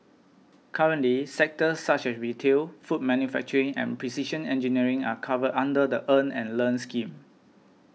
currently sectors such as retail food manufacturing and precision engineering are covered under the Earn and Learn scheme